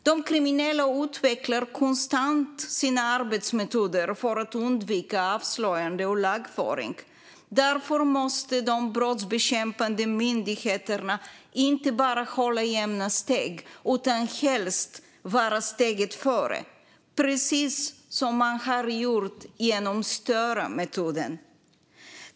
De kriminella utvecklar konstant sina arbetsmetoder för att undvika avslöjande och lagföring. Därför måste de brottsbekämpande myndigheterna inte bara hålla jämna steg utan helst ligga steget före, precis som man gjort genom Störa-metoden.